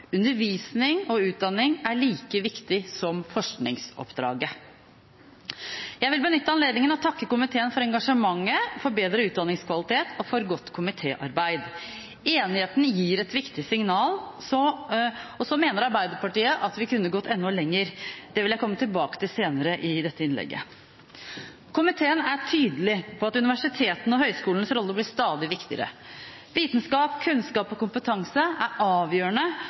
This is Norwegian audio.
Undervisning og utdanning er like viktig som forskningsoppdraget. Jeg vil benytte anledningen til å takke komiteen for engasjementet for bedre utdanningskvalitet, og for godt komitéarbeid. Enigheten gir et viktig signal. Arbeiderpartiet mener at vi kunne gått enda lenger. Det vil jeg komme tilbake til senere i dette innlegget. Komiteen er tydelig på at universitetenes og høyskolenes rolle blir stadig viktigere. Vitenskap, kunnskap og kompetanse er avgjørende